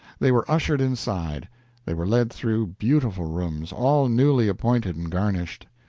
they were ushered inside they were led through beautiful rooms, all newly appointed and garnished.